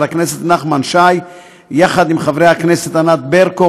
הכנסת נחמן שי יחד עם חברי הכנסת ענת ברקו,